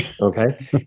okay